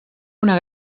una